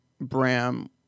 Bram